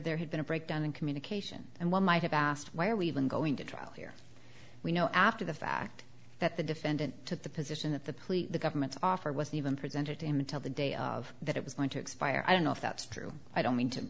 there had been a breakdown in communication and what might have asked why are we even going to trial here we know after the fact that the defendant took the position that the police the government's offer was even presented to him until the day of that it was going to expire i don't know if that's true i don't mean to